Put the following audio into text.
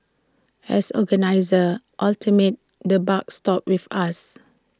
as organisers ultimately the buck stops with us